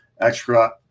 extra